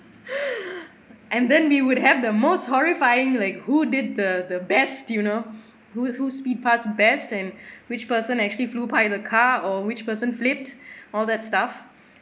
and then we would have the most horrifying like who did the the best you know who who speed fast best and which person actually flew pie the car or which person flipped all that stuff